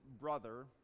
brother